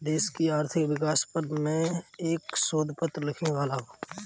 देश की आर्थिक विकास पर मैं एक शोध पत्र लिखने वाला हूँ